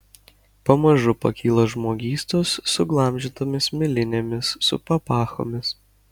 pamažu pakyla žmogystos suglamžytomis milinėmis su papachomis